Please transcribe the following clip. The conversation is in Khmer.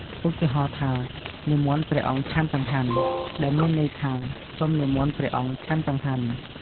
ឧទាហរណ៍ថា"និមន្តព្រះអង្គឆាន់ចង្ហាន់" ដែលមានន័យថា "សូមនិមន្តព្រះអង្គឆាន់ចង្ហាន់"។